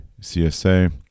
CSA